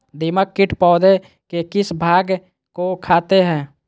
दीमक किट पौधे के किस भाग को खाते हैं?